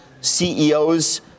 CEOs